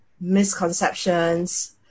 misconceptions